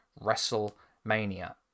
WrestleMania